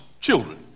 children